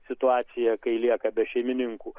situaciją kai lieka be šeimininkų